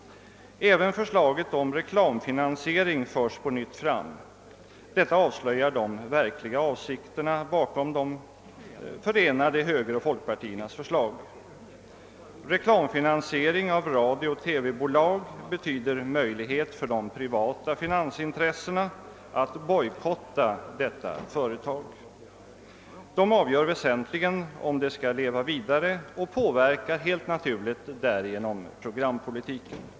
Även förslaget om reklamfinansiering förs på nytt fram. Detta avslöjar de verkliga avsikterna bakom de förenade högeroch folkpartiförslagen. Reklamfinansiering av radiooch TV bolag betyder möjligheter för de privata finansintressena att bojkotta dessa företag. De intressena avgör väsentligen om företagen skall leva vidare och påverkar helt naturligt därigenom programpolitiken.